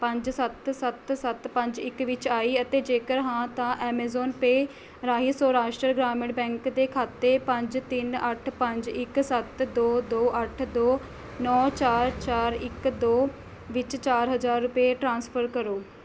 ਪੰਜ ਸੱਤ ਸੱਤ ਸੱਤ ਪੰਜ ਇੱਕ ਵਿੱਚ ਆਈ ਅਤੇ ਜੇਕਰ ਹਾਂ ਤਾਂ ਐਮਾਜ਼ੋਨ ਪੇ ਰਾਹੀਂ ਸੌਰਾਸ਼ਟਰ ਗ੍ਰਾਮੀਣ ਬੈਂਕ ਦੇ ਖਾਤੇ ਪੰਜ ਤਿੰਨ ਅੱਠ ਪੰਜ ਇੱਕ ਸੱਤ ਦੋ ਦੋ ਅੱਠ ਦੋ ਨੌ ਚਾਰ ਚਾਰ ਇੱਕ ਦੋ ਵਿੱਚ ਚਾਰ ਹਜ਼ਾਰ ਰੁਪਏ ਟ੍ਰਾਂਸਫਰ ਕਰੋ